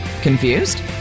Confused